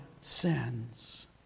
sins